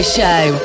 Show